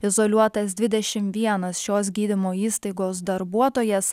izoliuotas dvidešimt vienas šios gydymo įstaigos darbuotojas